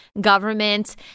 government